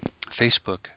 Facebook